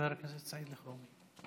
חבר הכנסת סעיד אלחרומי.